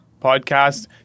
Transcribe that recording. Podcast